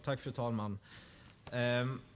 Fru talman!